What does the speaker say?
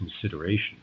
consideration